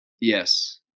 Yes